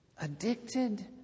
Addicted